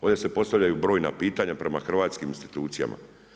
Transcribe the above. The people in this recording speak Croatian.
Ovdje se postavljaju brojna pitanja prema hrvatskim institucijama.